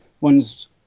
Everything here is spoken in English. ones